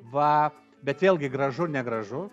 va bet vėlgi gražu negražu